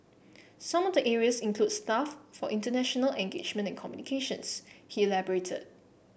some of the areas include staff for international engagement and communications he elaborated